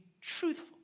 truthful